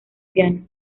piano